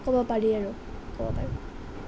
ক'ব পাৰি আৰু ক'ব পাৰোঁ